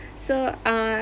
so uh